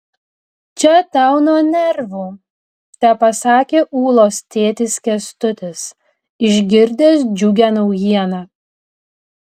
čia tau nuo nervų tepasakė ulos tėtis kęstutis išgirdęs džiugią naujieną